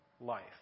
life